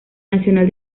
nacional